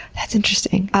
that's interesting.